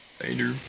Later